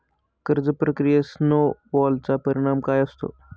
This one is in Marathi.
कर्ज प्रक्रियेत स्नो बॉलचा परिणाम काय असतो?